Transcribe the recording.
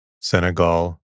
Senegal